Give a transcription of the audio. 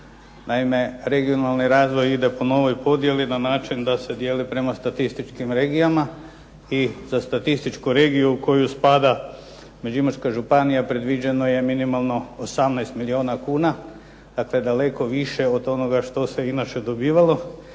Naime, regionalni razvoji ide po novoj podjeli na način da se dijeli prema statističkim regijama i za statističku regiju u koju spada Međimurska županija predviđeno je minimalno 18 milijuna kuna. Dakle, daleko više od onoga što se inače dobivalo.